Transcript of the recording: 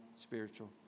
spiritual